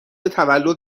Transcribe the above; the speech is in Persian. تولد